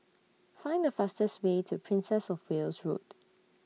Find The fastest Way to Princess of Wales Road